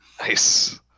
Nice